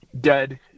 dead